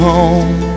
Home